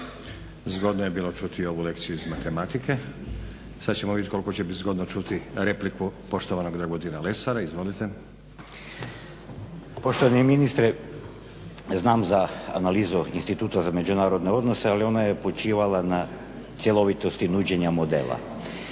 Zgodno je bilo čuti lekciju iz matematike. Sada ćemo vidjeti koliko će biti zgodno čuli repliku poštovanog Dragutina Lesara. Izvolite. **Lesar, Dragutin (Hrvatski laburisti - Stranka rada)** Poštovani ministre znam za analizu Instituta za međunarodne odnose ali ona je upućivala na cjelovitosti nuđenja modela.